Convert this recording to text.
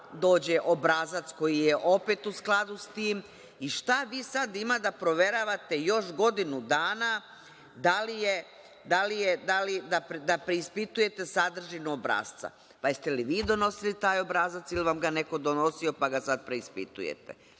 dođe obrazac koji je opet u skladu s tim i šta vi sad ima da proveravate još godinu dana, da preispitujete sadržinu obrasca? Jeste li vi donosili taj obrazac ili vam ga neko donosio, pa ga sada preispitujete?